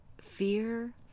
fear